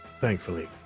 thankfully